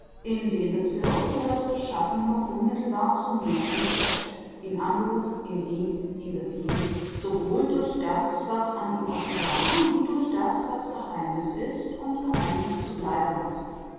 in den bezirk wo das geschaffene unmittelbar zum menschen spricht ihn anrührt ihm dient ihm befiehlt sowohl durch das was an ihm offenbar wie durch das was geheimnis ist und geheimnis zu bleiben hat